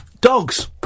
dogs